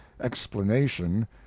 explanation